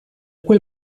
quel